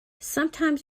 sometimes